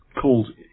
called